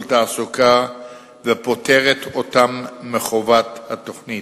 תעסוקה ופוטרת אותם מחובת התוכנית,